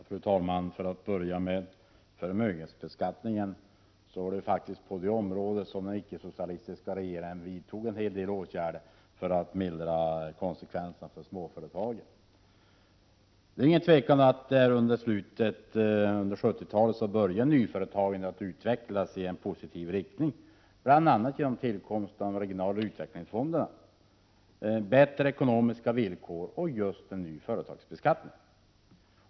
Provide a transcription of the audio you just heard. Fru talman! För att börja med förmögenhetsbeskattningen vidtog faktiskt de icke-socialistiska regeringarna en hel del åtgärder för att mildra konsekvenserna för småföretagen av förmögenhetsskatten. Det råder inget tvivel om att småföretagen under slutet av 1970-talet började att utvecklas i positiv riktning, bl.a. genom tillkomsten av de regionala utvecklingsfonderna, bättre ekonomiska villkor och en ny företagsbeskattning.